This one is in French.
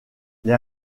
les